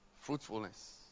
Fruitfulness